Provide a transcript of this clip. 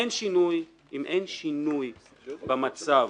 שינוי במצב,